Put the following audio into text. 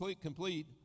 complete